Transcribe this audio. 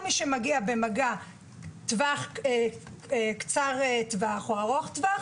מבחינת המשרד כל מי שמגיע במגע קצר טווח או ארוך טווח